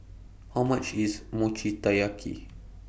How much IS Mochi Taiyaki